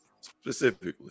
specifically